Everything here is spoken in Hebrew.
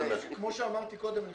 כפי שאמרתי קודם,